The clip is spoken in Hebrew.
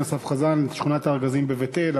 אסף חזן בעניין שכונת-הארגזים בבית-אל,